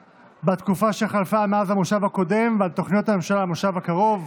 בתקופה שחלפה מאז המושב הקודם ועל תוכניות הממשלה למושב הקרוב.